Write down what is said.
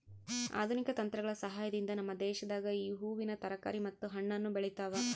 ಆಧುನಿಕ ತಂತ್ರಗಳ ಸಹಾಯದಿಂದ ನಮ್ಮ ದೇಶದಾಗ ಈ ಹೂವಿನ ತರಕಾರಿ ಮತ್ತು ಹಣ್ಣನ್ನು ಬೆಳೆತವ